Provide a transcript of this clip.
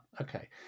Okay